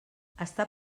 està